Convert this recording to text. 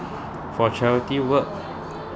for charity work